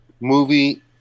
movie